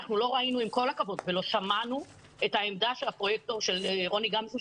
לא ראינו ולא שמענו את עמדת הפרויקטור רוני גמזו,